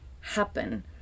happen